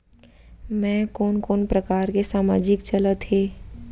मैं कोन कोन प्रकार के सामाजिक चलत हे?